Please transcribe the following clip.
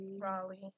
Raleigh